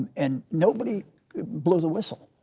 and nobody blows a whistle.